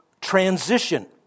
transition